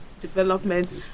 development